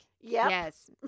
Yes